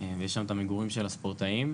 ויש שם את המגורים של הספורטאים.